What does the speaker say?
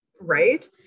Right